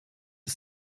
ist